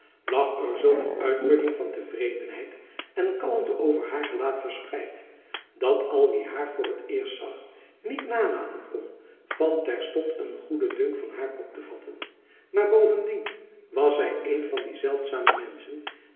lag er zulk een uitdrukking van tevredenheid en kalmte over haar gelaat verspreid dat al wie haar voor t eerste zag niet nalaten kon van terstond een goeden dunk van haar op te vatten maar bovendien was zy een van die zeldzame menschen